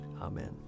Amen